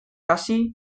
hasi